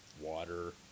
water